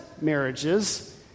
marriages